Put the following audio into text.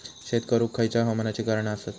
शेत करुक खयच्या हवामानाची कारणा आसत?